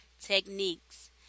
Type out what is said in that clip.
techniques